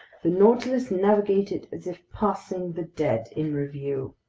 the nautilus navigated as if passing the dead in review!